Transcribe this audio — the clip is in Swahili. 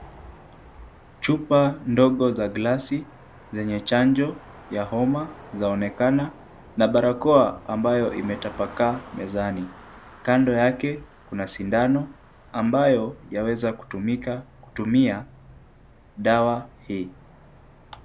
Chupa ndogo za glasi zenye chanjo ya homa zaonekana, na barakoa ambayo imetapakaa mezani. Kando yake kuna sindano, ambayo yaweza kutumika kutumia dawa hii.